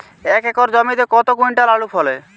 এক একর জমিতে কত কুইন্টাল আলু ফলে?